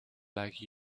like